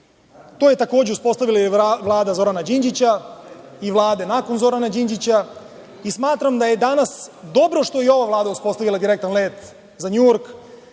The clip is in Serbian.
To je takođe uspostavila Vlada Zorana Đinđića i Vlada nakon Zorana Đinđića i smatram da je danas dobro što je ova Vlada uspostavila direktan let za Njujork.